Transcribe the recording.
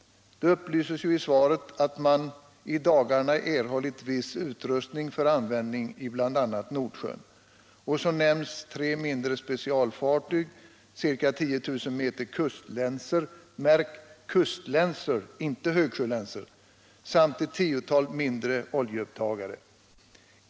Det upplyses i svaret: ”I dagarna har erhållits viss utrustning för användning i bl.a. Nordsjön.” Så nämns tre mindre specialfartyg, ca 10 000 meter kustlänsor — märk väl kustlänsor, inte högsjölänsor — och fyra specialfartyg för oljebekämpning.